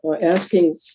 asking